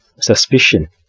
suspicion